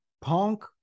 punk